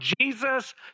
Jesus